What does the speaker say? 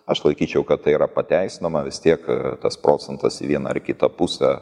aš laikyčiau kad tai yra pateisinama vis tiek tas procentas į vieną ar kitą pusę